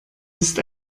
ist